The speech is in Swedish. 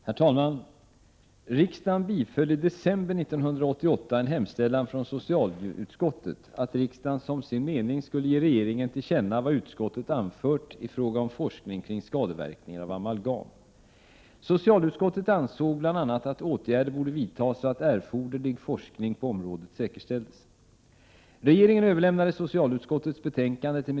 Herr talman! Riksdagen biföll i december 1988 en hemställan från socialutskottet att riksdagen som sin mening skulle ge regeringen till känna vad utskottet anfört i fråga om forskning kring skadeverkningar av amalgam. Socialutskottet ansåg bl.a. att åtgärder borde vidtas så att erforderlig forskning på området säkerställdes.